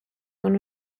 con